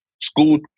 school